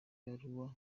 baruwa